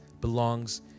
belongs